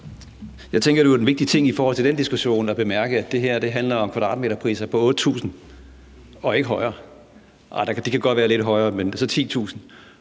Jeg tænker jo, det er en vigtig ting i forhold til den diskussion at bemærke, at det her handler om kvadratmeterpriser på 8.000 kr. og ikke højere. Jo, de kan godt være lidt højere, altså 10.000